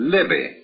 Libby